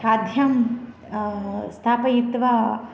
खाद्यं स्थापयित्वा